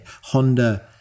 Honda